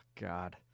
God